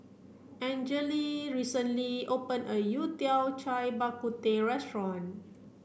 Angele recently open a Yao Tiao Cai Bak Kut Teh restaurant